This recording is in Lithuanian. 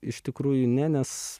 iš tikrųjų ne nes